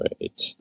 right